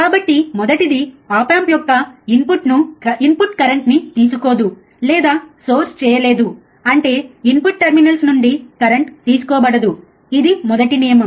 కాబట్టి మొదటిది op amp యొక్క ఇన్పుట్ కరెంట్ని తీసుకోదు లేదా సోర్స్ చేయలేదు అంటే ఇన్పుట్ టెర్మినల్స్ నుండి కరెంట్ తీసుకోబడదు ఇది మొదటి నియమం